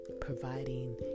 providing